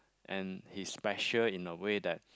and he's special in a way that